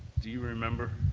do you remember?